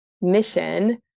mission